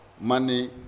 money